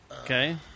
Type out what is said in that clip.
Okay